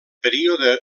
període